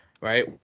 right